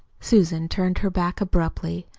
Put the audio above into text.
susan turned her back abruptly.